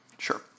Sure